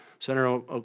Senator